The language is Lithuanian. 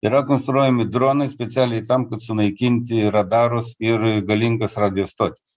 yra konstruojami dronai specialiai tam kad sunaikinti radarus ir galingas radijo stotis